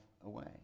away